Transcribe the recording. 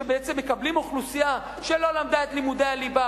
שבעצם מקבלים אוכלוסייה שלא למדה את לימודי הליבה,